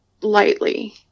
lightly